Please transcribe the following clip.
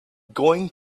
going